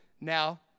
now